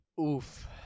Oof